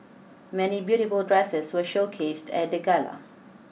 many beautiful dresses were showcased at the Gala